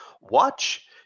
Watch